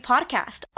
Podcast